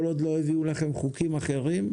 כל עוד לא הביאו לכם חוקים אחרים,